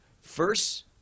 First